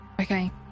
Okay